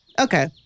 Okay